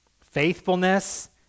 faithfulness